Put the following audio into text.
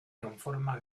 conforma